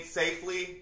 safely